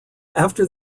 after